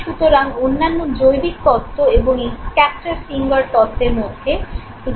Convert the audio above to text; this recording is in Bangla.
সুতরাং অন্যান্য জৈবিক তত্ত্ব এবং এই স্ক্যাক্টার সিঙ্গার তত্ত্বের মধ্যে একটি প্রধান পার্থক্য এটাই